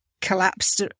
collapsed